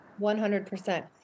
100%